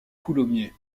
coulommiers